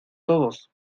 todos